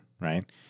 right